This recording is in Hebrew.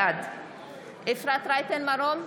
בעד אפרת רייטן מרום,